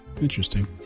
Interesting